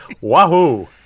wahoo